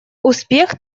успех